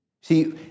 See